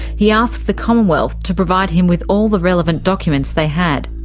he asked the commonwealth to provide him with all the relevant documents they had.